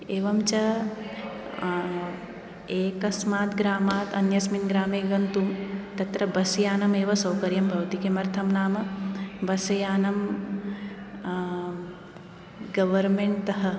एवञ्च एकस्मात् ग्रामात् अन्यस्मिन् ग्रामे गन्तुं तत्र बस्यानमेव सौकर्यं भवति किमर्थं नाम बस्यानं गवर्मेण्ट्तः